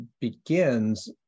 begins